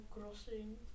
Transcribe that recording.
Crossing